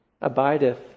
abideth